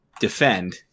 defend